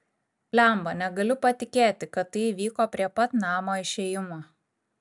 blemba negaliu patikėti kad tai įvyko prie pat namo išėjimo